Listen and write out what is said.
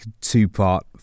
two-part